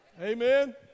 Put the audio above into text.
Amen